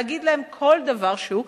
להגיד להם כל דבר שהוא,